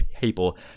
people –